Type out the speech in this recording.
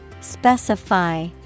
Specify